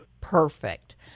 perfect